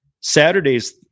Saturdays